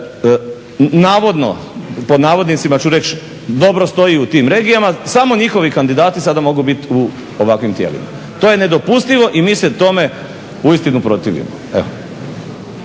zato što SDP navodno "Dobro stoji u tim regijama", samo njihovi kandidati sad mogu biti u ovakvim tijelima, to je nedopustivo i mi se tome uistinu protivimo.